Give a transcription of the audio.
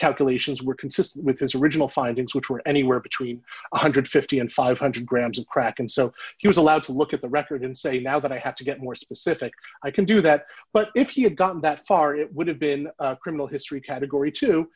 calculations were consistent with his original findings which were anywhere between one hundred and fifty and five hundred grams of crack and so he was allowed to look at the record and say now that i have to get more specific i can do that but if you had gotten that far it would have been criminal history category t